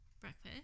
breakfast